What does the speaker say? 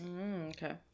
Okay